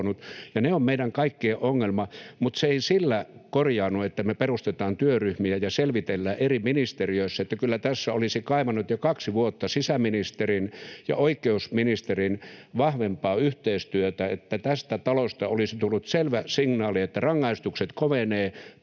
ne ovat meidän kaikkien ongelma. Mutta se ei sillä korjaannu, että me perustetaan työryhmiä ja selvitellään eri ministeriöissä. Kyllä tässä olisi kaivannut jo kaksi vuotta sisäministerin ja oikeusministerin vahvempaa yhteistyötä, että tästä talosta olisi tullut selvä signaali, että rangaistukset kovenevat.